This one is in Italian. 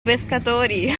pescatori